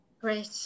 Great